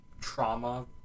trauma